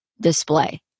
display